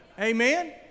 Amen